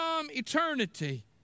eternity